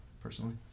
personally